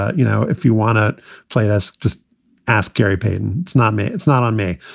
you know, if you want to play this, just ask gary payton. it's not me. it's not on me.